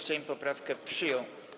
Sejm poprawkę przyjął.